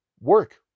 work